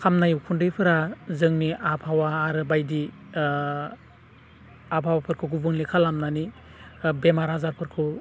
खामनाय उखुन्दैफोरा जोंनि आबहावा आरो बायदि आबहावाफोरखौ गुबुंले खालामनानै बेमार आजारफोरखौ